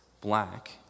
black